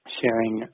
sharing